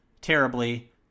terribly